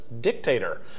dictator